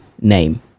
name